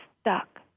stuck